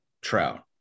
Trout